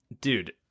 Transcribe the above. dude